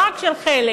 לא רק של חלק,